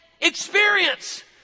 experience